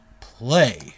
play